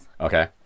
Okay